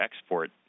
export